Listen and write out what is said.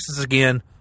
again